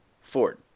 Ford